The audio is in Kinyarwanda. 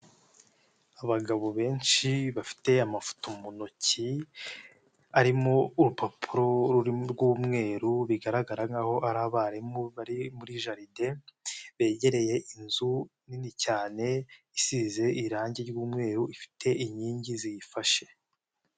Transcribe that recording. Abagabo benshi bafite amafoto mu ntoki, arimo urupapuro rw'umweru, bigaragara nkaho ari abarimu bari muri jaride, begereye inzu nini cyane isize irangi ry'umweru, ifite inkingi ziyifashe.